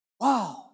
Wow